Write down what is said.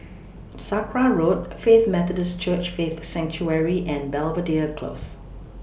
Sakra Road Faith Methodist Church Faith Sanctuary and Belvedere Close